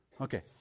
Okay